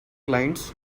clients